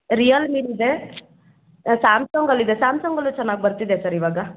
ರಿಯಲ್ಮಿಲಿದೆ ಸ್ಯಾಮ್ಸಂಗಲ್ಲಿದೆ ಸ್ಯಾಮ್ಸಂಗಲ್ಲೂ ಚೆನ್ನಾಗಿ ಬರ್ತಿದೆ ಸರ್ ಇವಾಗ